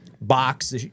box